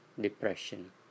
depression